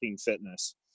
fitness